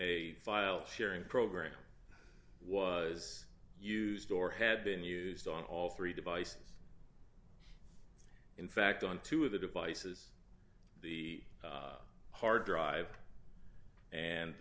a file sharing program was used or had been used on all three devices in fact on two of the devices the hard drive and